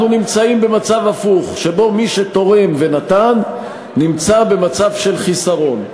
אנחנו נמצאים במצב הפוך שבו מי שתורם ונתן נמצא במצב של חיסרון.